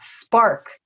spark